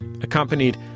accompanied